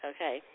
Okay